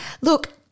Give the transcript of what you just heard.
look